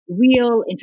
Real